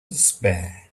despair